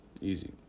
easy